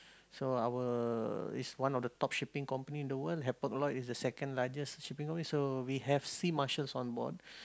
so our is one of the top shipping company in the world Hapag-Lloyd is the second largest shipping company so we have sea marshals on board